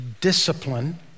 discipline